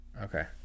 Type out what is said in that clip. Okay